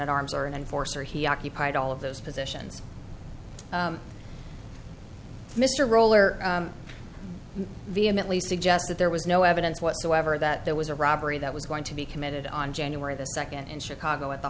at arms or an enforcer he occupied all of those positions mr roller vehemently suggest that there was no evidence whatsoever that there was a robbery that was going to be committed on january the second in chicago at the